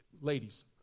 Ladies